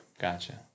Gotcha